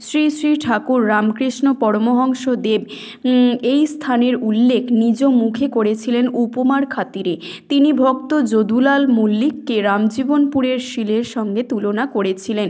শ্রী শ্রী ঠাকুর রামকৃষ্ণ পরমহংসদেব এই স্থানের উল্লেখ নিজ মুখে করেছিলেন উপমার খাতিরে তিনি ভক্ত যদুলাল মল্লিককে রামজীবনপুরের শীলের সঙ্গে তুলনা করেছিলেন